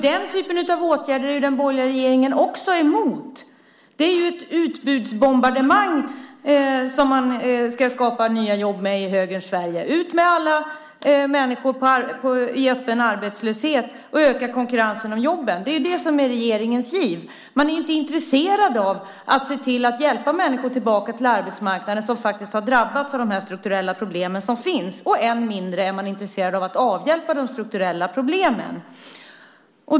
Den typen av åtgärder är den borgerliga regeringen också emot. Det är ett utbudsbombardemang som man ska skapa nya jobb med i högerns Sverige. Ut med alla människor i öppen arbetslöshet och öka konkurrensen om jobben. Det är regeringens giv. Man är inte intresserad av att se till att hjälpa människor som har drabbats av de strukturella problem som finns tillbaka till arbetsmarknaden. Än mindre är man intresserad av att avhjälpa de strukturella problemen.